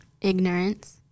Ignorance